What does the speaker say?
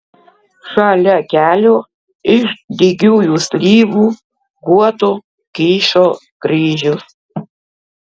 šalia kelio iš dygiųjų slyvų guoto kyšo kryžius